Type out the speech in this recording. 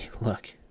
look